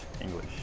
English